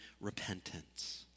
Repentance